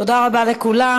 תודה רבה לכולם.